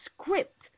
script